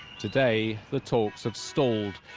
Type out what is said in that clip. today, the talks have stalled.